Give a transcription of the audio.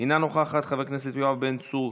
אינה נוכחת, חבר הכנסת יואב בן צור,